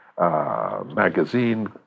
magazine